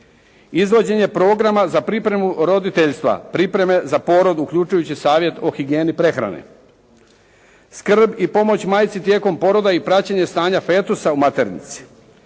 Izvođenje programa za pripremu roditeljstva, pripreme za porod uključujući i savjet o higijeni prehrane. Skrb i pomoć majci tijekom poroda i praćenje stanja fetusa u maternici.